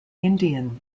indian